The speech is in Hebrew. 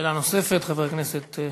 שאלה נוספת, חבר הכנסת פריג'.